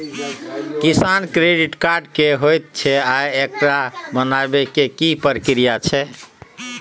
किसान credit card की होयत छै आ एकरा बनाबै के की प्रक्रिया छै?